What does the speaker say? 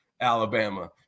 Alabama